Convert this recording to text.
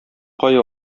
кая